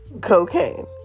cocaine